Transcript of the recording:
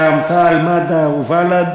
רע"ם-תע"ל-מד"ע ובל"ד: